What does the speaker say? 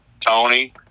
Tony